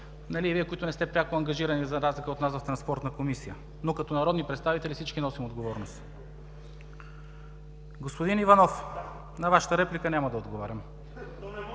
пък Вие, които не сте пряко ангажирани за разлика от нас в Транспортната комисия, но като народни представители всички носим отговорност. Господин Иванов, на Вашата реплика няма да отговоря.